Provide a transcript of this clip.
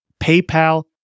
PayPal